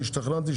אני השתכנעתי,